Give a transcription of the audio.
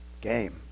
game